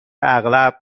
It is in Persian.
اغلب